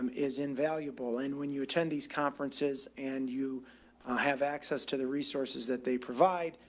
um is invaluable. and when you attend these conferences and you have access to the resources that they provide,